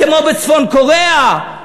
כמו בצפון-קוריאה?